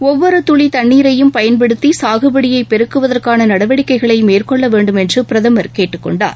ஒவ்வொரு துளி தண்ணீரையும் பயன்படுத்தி சாகுபடியை பெருக்குவதற்கான நடவடிக்கைகளை மேற்கொள்ள வேண்டும் என்றும் பிரதமர் கேட்டுக்கொண்டார்